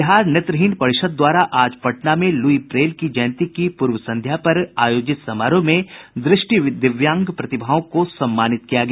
बिहार नेत्रहीन परिषद् द्वारा आज पटना में लुई ब्रेल की जयंती की पूर्व संध्या पर आयोजित समारोह में दृष्टि दिव्यांग प्रतिभाओं को सम्मानित किया गया